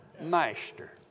master